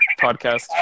podcast